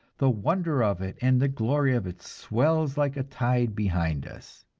the wonder of it and the glory of it swells like a tide behind us.